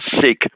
sick